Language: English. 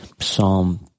Psalm